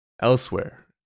elsewhere